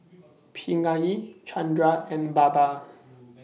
Pingali Chanda and Baba